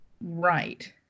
Right